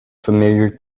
familiar